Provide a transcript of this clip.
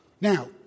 Now